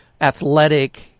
athletic